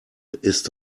ist